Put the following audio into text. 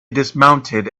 dismounted